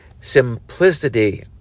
simplicity